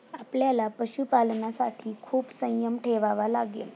आपल्याला पशुपालनासाठी खूप संयम ठेवावा लागेल